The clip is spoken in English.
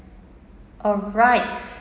alright